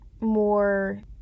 more